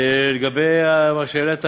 לגבי מה שהעלית,